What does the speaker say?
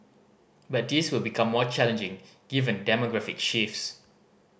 but this will become more challenging given demographic shifts